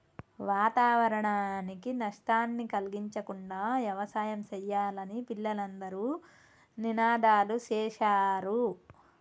వాతావరణానికి నష్టాన్ని కలిగించకుండా యవసాయం సెయ్యాలని పిల్లలు అందరూ నినాదాలు సేశారు